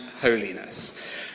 holiness